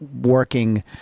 working